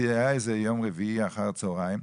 היה איזה יום רביעי אחר הצוהריים,